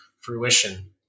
fruition